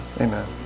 Amen